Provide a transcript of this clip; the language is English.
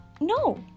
No